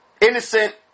Innocent